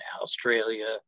Australia